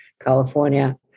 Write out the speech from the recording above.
California